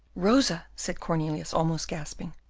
rosa, said cornelius, almost gasping,